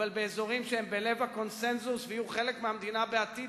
אבל באזורים שהם בלב הקונסנזוס ויהיו חלק מהמדינה בעתיד